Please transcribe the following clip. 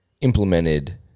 implemented